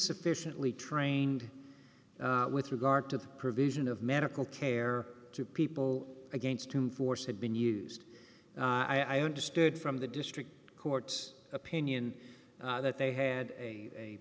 sufficiently trained with regard to the provision of medical care to people against whom force had been used i understood from the district court's opinion that they had a